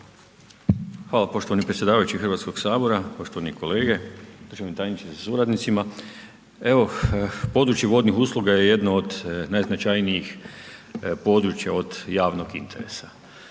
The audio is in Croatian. Hvala poštovani predsjedavajući Hrvatskoga sabora, poštovani kolege, državni tajniče sa suradnicima. Evo područje vodnih usluga je jedno od najznačajnijih područja od javnog interesa.